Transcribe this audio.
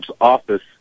office